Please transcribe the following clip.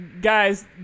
guys